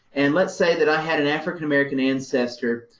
and let's say that i had an african-american ancestor